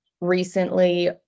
recently